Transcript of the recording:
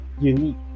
unique